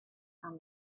and